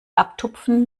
abtupfen